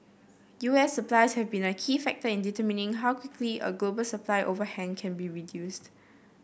U S supplies have been a key factor in determining how quickly a global supply overhang can be reduced